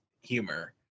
humor